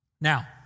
Now